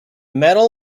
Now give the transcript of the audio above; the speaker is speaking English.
metal